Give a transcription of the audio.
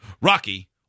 Rocky